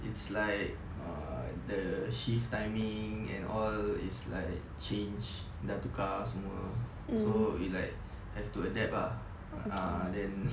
it's like err the shift timing and all is like change dah tukar semua so we like have to adapt lah ah then